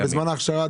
בזמן ההכשרה?